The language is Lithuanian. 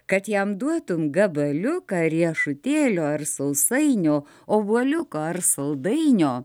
kad jam duotum gabaliuką riešutėlio ar sausainio obuoliuko ar saldainio